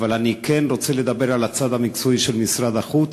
אבל אני כן רוצה לדבר על הצד המקצועי של משרד החוץ.